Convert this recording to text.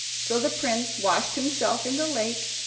so the prince washed himself in the lake,